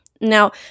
Now